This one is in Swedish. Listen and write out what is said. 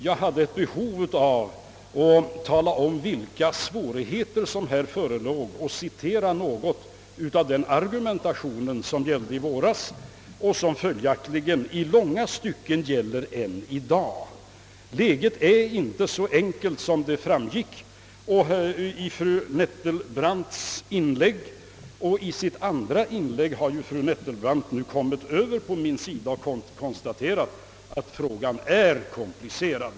Jag kände ett behov av att tala om vilka svårigheter som här förelåg och återge något av argumentationen i våras som följaktligen i långa stycken gäller än i dag. Läget är inte så enkelt som fru Nettelbrandts inlägg gav vid handen, och i sitt andra inlägg har ju fru Nettelbrandt kommit över på min sida och konstaterat, att frågan är komplicerad.